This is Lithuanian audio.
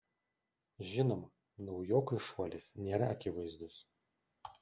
žinoma naujokui šuolis nėra akivaizdus